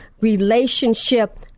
relationship